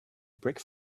brick